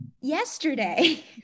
Yesterday